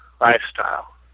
lifestyle